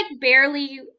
barely